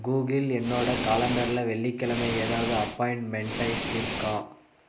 Google என்னோடய காலண்டரில் வெள்ளிக் கெழமை ஏதாவது அப்பாய்ண்ட்மெண்டைஸ் இருக்கா